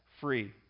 free